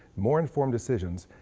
more informed decisions.